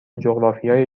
جغرافیای